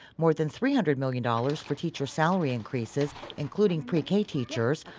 more than three hundred million dollars for teacher salary increases including pre-k teachers,